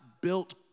built